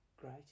great